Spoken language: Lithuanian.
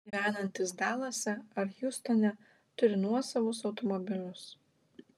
gyvenantys dalase ar hjustone turi nuosavus automobilius